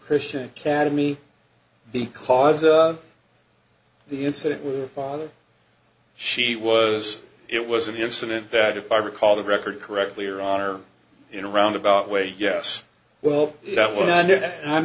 christian academy because of the incident with the father she was it was an incident that if i recall the record correctly or on or in a roundabout way yes well